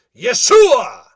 Yeshua